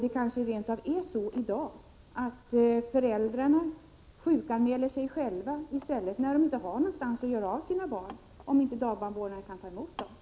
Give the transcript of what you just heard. Det kanske rent av är så i dag att föräldrarna sjukanmäler sig själva, när de inte har någonstans att göra av sina barn och om inte dagbarnvårdarna kan ta emot barnen.